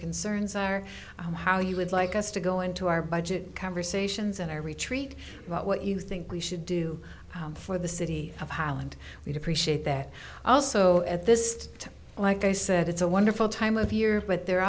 concerns are and how you would like us to go into our budget conversations and our retreat about what you think we should do for the city of highland we'd appreciate that also at this time like i said it's a wonderful time of year but the